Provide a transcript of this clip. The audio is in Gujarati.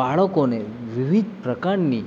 બાળકોને વિવિધ પ્રકારની